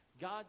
God